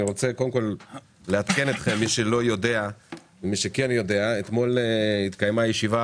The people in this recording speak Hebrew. אני רוצה לעדכן אתכם שאתמול התקיימה ישיבה